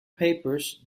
papers